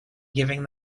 giving